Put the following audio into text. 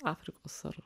afrikos ar